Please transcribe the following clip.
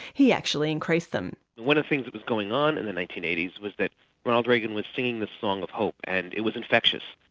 he actually increased them. one of the things that was going on in the nineteen eighty s was that ronald reagan was singing the song of hope and it was infectious,